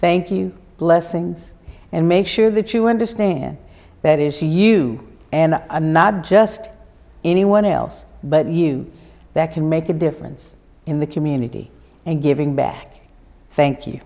thank you blessings and make sure that you understand that is you and i'm not just anyone else but you that can make a difference in the community and giving back thank you